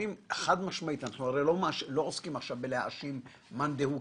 אנחנו לא עוסקים עכשיו בלהאשים מאן דהוא,